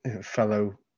fellow